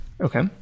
Okay